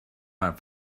حرف